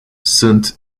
sunt